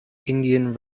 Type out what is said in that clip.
indian